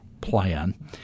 plan